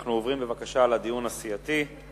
אנחנו עוברים לדיון הסיעתי.